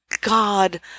God